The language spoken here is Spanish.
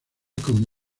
como